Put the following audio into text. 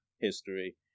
history